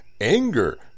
anger